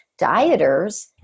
dieters